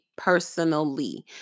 personally